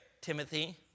Timothy